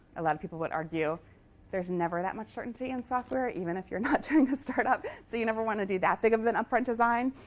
a lot of people would argue there's never that much certainty in software, even if you're not doing in startup. so you never want to do that big of an upfront design.